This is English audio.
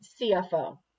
CFO